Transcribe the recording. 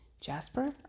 Jasper